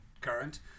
current